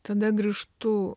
tada grįžtu